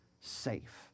safe